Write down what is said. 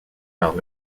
par